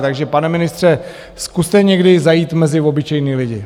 Takže pane ministře, zkuste někdy zajít mezi obyčejné lidi.